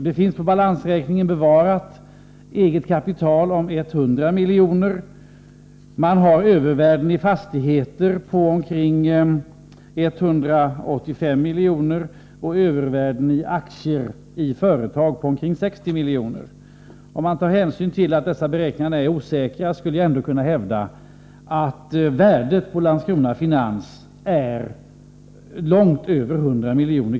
Det finns på balansräkningen ett bevarat eget kapital om 100 miljoner. Bolaget har övervärden i fastigheter på ca 185 miljoner och övervärden i aktier i företag på omkring 60 miljoner. Om jag tar hänsyn till att dessa beräkningar är osäkra, kan jag ändå hävda att värdet på Landskrona Finans är långt över 100 miljoner.